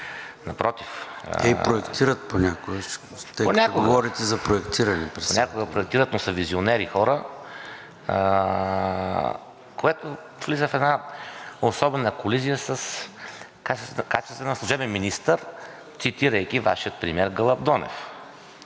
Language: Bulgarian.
И проектират понякога, тъй като говорите за проектиране. НИКОЛАЙ НАНКОВ: Понякога проектират, но са визионери хора, което влиза в една особена колизия с качество на служебен министър, цитирайки Вашия премиер Гълъб Донев.